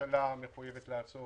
והממשלה מחויבת לתת